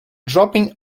dropping